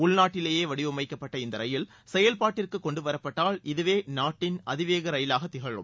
உள்நாட்டிலேயே வடிவமைக்கப்பட்ட இந்த ரயில் செயல்பாட்டிற்கு கொண்டுவரப்பட்டால் இதுவே நாட்டின் அதிவேக ரயிலாக திகழும்